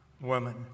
woman